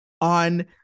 on